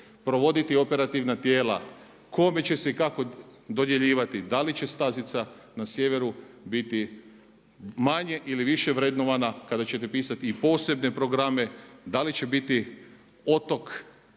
provoditi operativna tijela kome će se i kako dodjeljivati, da li će stazica na sjeveru biti manje ili više vrednovana kada ćete pisati i posebne programe da li će biti otok